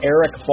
Eric